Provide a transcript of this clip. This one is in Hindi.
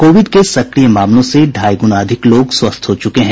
कोविड के सक्रिय मामलों से ढाई गुना अधिक लोग स्वस्थ हो चुके हैं